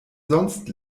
sonst